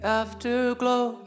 afterglow